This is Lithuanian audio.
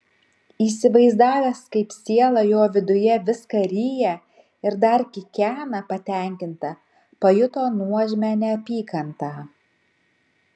įsivaizdavęs kaip siela jo viduje viską ryja ir dar kikena patenkinta pajuto nuožmią neapykantą